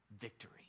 victory